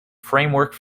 framework